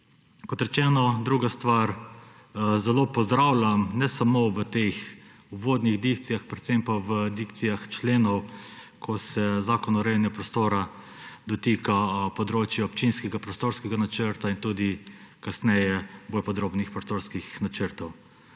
Kot rečeno, druga stvar, zelo pozdravljam ne samo v teh uvodnih dikcijah, predvsem pa v dikcijah členov, ko se Zakon o urejanju prostora dotika področja občinskega prostorskega načrta in tudi kasneje bolj podrobnih prostorskih načrtov.